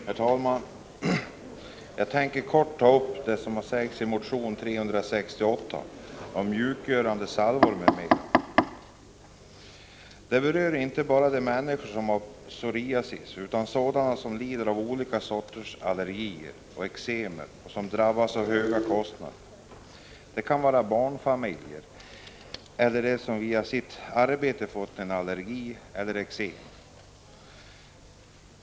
Herr talman! Jag tänker kort ta upp det som sägs i motion 368 om mjukgörande salvor m.m. Detta berör inte bara de människor som har psoriasis utan också dem som lider av olika sorters allergier och eksem och som drabbas av höga kostnader. Det kan vara barnfamiljer eller människor som via sitt arbete fått en allergi eller ett eksem.